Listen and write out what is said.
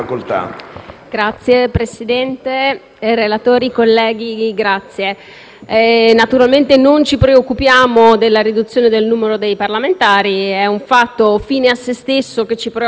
colleghi, non ci preoccupiamo della riduzione del numero dei parlamentari, in quanto è un fatto fine a se stesso che ci preoccupa davvero poco. Ci preoccupa invece moltissimo il fatto che qui dentro non ci si chieda perché